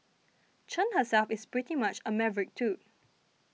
Chen herself is pretty much a maverick too